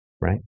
Right